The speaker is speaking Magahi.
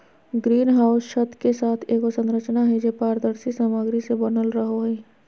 ग्रीन हाउस छत के साथ एगो संरचना हइ, जे पारदर्शी सामग्री से बनल रहो हइ